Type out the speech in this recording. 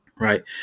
Right